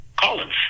Collins